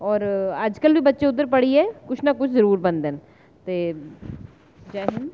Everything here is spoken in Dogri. और अजकल बी बच्चे उद्धर पढ़ियै कुछ न किश जरूर बनदे न ते जै हिंद